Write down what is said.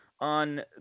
on